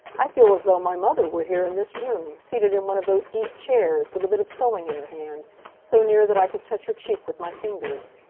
i feel as though my mother were here in this room, seated in one of those deep chairs, with a bit of sewing in her hand so near that i could touch her cheek with my fingers.